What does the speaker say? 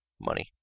money